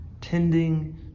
tending